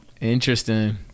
Interesting